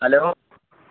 hello